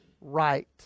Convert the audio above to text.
right